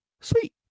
sweet